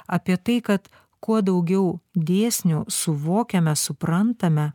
apie tai kad kuo daugiau dėsnių suvokiame suprantame